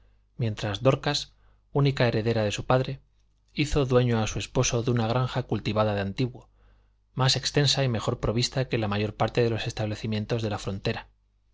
mientras dorcas única heredera de su padre hizo dueño a su esposo de una granja cultivada de antiguo más extensa y mejor provista que la mayor parte de los establecimientos de la frontera